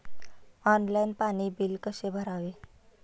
Online पाणी bill कसे भरावे?